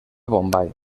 bombai